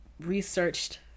researched